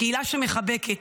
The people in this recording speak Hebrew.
קהילה מחבקת